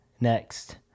next